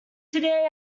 today